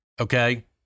Okay